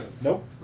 Nope